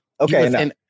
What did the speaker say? Okay